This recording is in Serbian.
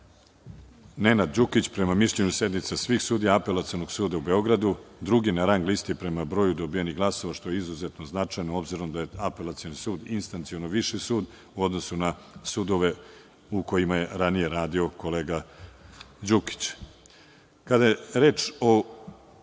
Nenad Đukić prema mišljenju svih sudija Apelacionog suda u Beogradu drugi na rang listi prema broju dobijenih glasova, što je izuzetno značajno, obzirom da je Apelacioni sud instanciono viši sud u odnosu na sudove u kojima je ranije radio kolega Đukić. Kada je reč o